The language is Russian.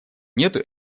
нету